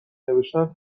نوشتن